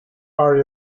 are